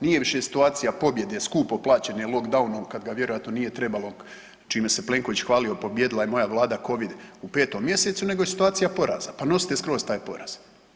Nije više situacija pobjede skupo plaćene lockdownom kad ga vjerojatno nije trebalo čime se Plenković hvalio pobijedila je moja Vlada Covid u 5. mjesecu nego je situacija poraza, pa nosite skroz taj poraz.